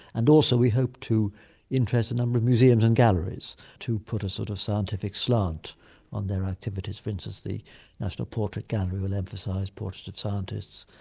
and also we hope to interest a number of museums and galleries to put a sort of scientific slant on their activities for instance the national portrait gallery will emphasise portraited scientists,